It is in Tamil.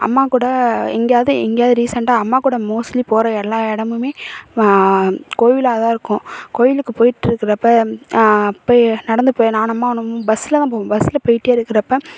அம்மா கூட எங்கேயாவது எங்கேயாவது ரீசெண்டாக அம்மா கூட மோஸ்ட்லி போகிற எல்லா இடமுமே கோவிலாக தான் இருக்கும் கோவிலுக்கு போயிட்டு இருக்கிறப்ப பே நடந்து போய் நான் அம்மாவும் பஸ்ஸில் தான் போவோம் பஸ்ஸில் போயிகிட்டே இருக்கிறப்ப